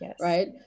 right